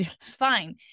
fine